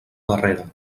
darrere